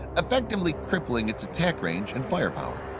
effectively crippling its attack range and firepower.